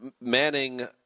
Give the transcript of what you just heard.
Manning